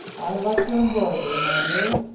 i like your embroidery, my dear.